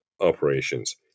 operations